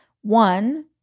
One